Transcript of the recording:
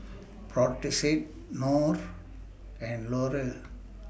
Brotzeit Knorr and Laurier